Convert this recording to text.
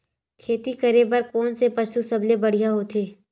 खेती करे बर कोन से पशु सबले बढ़िया होथे?